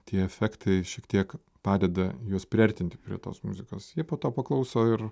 tie efektai šiek tiek padeda juos priartinti prie tos muzikos jie po to paklauso ir